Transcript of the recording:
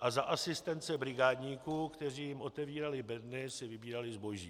a za asistence brigádníků, kteří jim otevírali bedny si vybírali zboží.